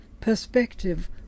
perspective